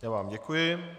Já vám děkuji.